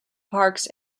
parks